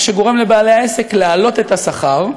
מה שגורם לבעלי העסק להעלות את השכר,